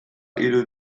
hiru